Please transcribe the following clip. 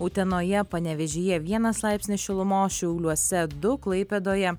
utenoje panevėžyje vienas laipsnis šilumos šiauliuose du klaipėdoje